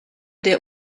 der